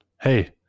Hey